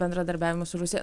bendradarbiavimo su rusija